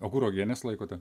o kur uogienės laikote